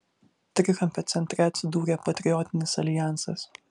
trikampio centre atsidūrė patriotinis aljansas